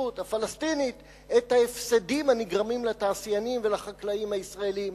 הפלסטינית את ההפסדים הנגרמים לתעשיינים ולחקלאים הישראלים.